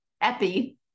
epi